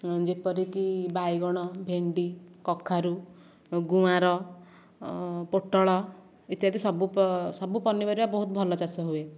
ଯେପରିକି ବାଇଗଣ ଭେଣ୍ଡି କଖାରୁ ଗୁଆଁର ପୋଟଳ ଇତ୍ୟାଦି ସବୁ ପ ପନିପରିବା ବହୁତ ଭଲ ଚାଷ ହୁଏ